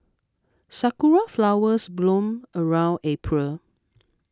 sakura flowers bloom around April